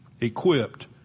equipped